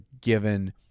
given